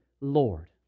Lord